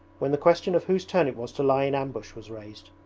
when the question of whose turn it was to lie in ambush was raised.